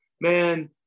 man